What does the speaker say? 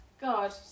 God